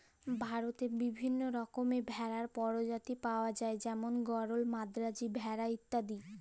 ভারতেল্লে বিভিল্ল্য রকমের ভেড়ার পরজাতি পাউয়া যায় যেমল গরল, মাদ্রাজি ভেড়া ইত্যাদি